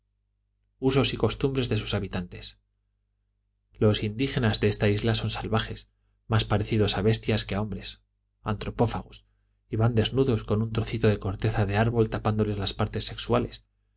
usos y costumbres de sus habitantes los indígenas de esta isla son salvajes más parecidos a bestias que a hombres antropófagos y van desnudos con un trocito de corteza de árbol tapándoles las partes sexuales